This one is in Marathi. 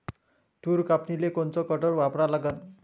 तूर कापनीले कोनचं कटर वापरा लागन?